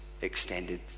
extended